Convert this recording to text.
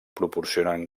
proporcionen